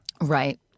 Right